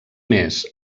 més